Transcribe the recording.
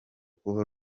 kuba